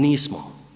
Nismo.